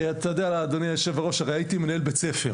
אתה יודע אדוני היושב-ראש הייתי מנהל בית ספר